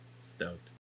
Stoked